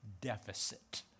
deficit